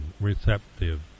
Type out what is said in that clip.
receptive